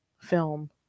film